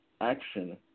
action